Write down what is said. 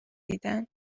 دیدن